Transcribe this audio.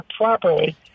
properly